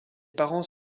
parents